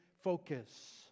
focus